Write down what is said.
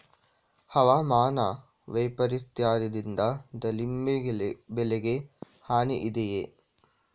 ಹವಾಮಾನ ವೈಪರಿತ್ಯದಿಂದ ದಾಳಿಂಬೆ ಬೆಳೆಗೆ ಹಾನಿ ಇದೆಯೇ?